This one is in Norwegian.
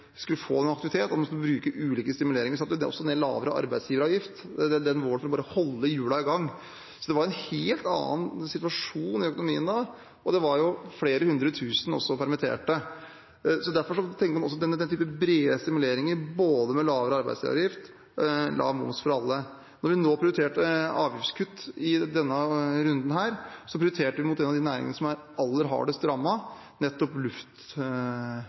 skulle få aktivitet, og man skulle bruke ulike stimuleringer. Vi satte også ned arbeidsgiveravgiften den våren, bare for å holde hjulene i gang. Det var en helt annen situasjon i økonomien da, og det var flere hundre tusen permitterte. Derfor tenkte man på den typen brede stimuleringer, både lavere arbeidsgiveravgift og lav moms for alle. Når vi prioriterte avgiftskutt i denne runden, prioriterte vi en av de næringene som er aller hardest